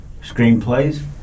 Screenplays